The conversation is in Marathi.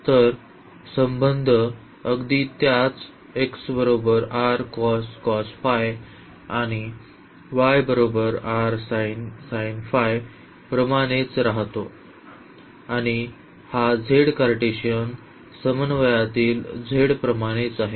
तर संबंध अगदी त्याच आणि प्रमाणेच राहतो आणि हा z कार्टेशियन समन्वयातील z प्रमाणेच आहे